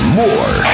more